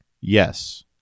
Yes